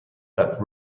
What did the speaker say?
that